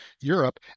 Europe